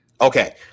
Okay